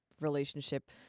relationship